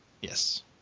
Yes